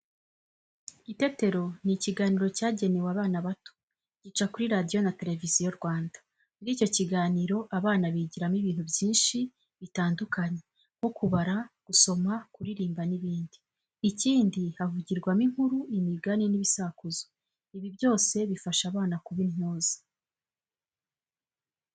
Itetero ni ikiganiro cyagenewe abana bato, gica kuri Radiyo na Televiziyo Rwanda. Muri icyo kiganiro abana bigiramo ibintu byinshi bitandukanye nko kubara, gusoma, kuririmba n'ibindi. Ikindi, havugirwamo inkuru, imigani n'ibisakuzo, ibi byose bifasha abana kuba intyoza.